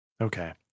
Okay